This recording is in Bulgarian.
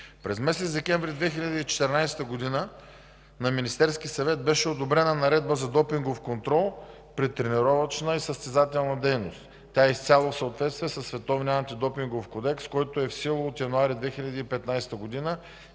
През месец декември 2014 г. на Министерския съвет беше одобрена Наредба за допингов контрол при тренировъчна и състезателна дейност. Тя изцяло съответства на световния антидопингов кодекс, който е в сила от януари 2015 г.